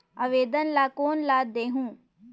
आवेदन ला कोन ला देहुं?